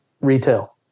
retail